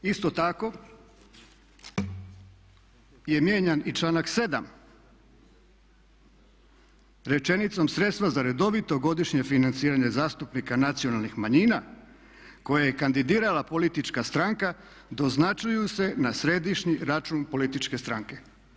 Isto tako je mijenjan i članak 7. rečenicom: "Sredstva za redovito godišnje financiranje zastupnika nacionalnih manjina koje je kandidirala politička stranka doznačuju se na središnji račun političke stranke.